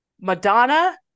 madonna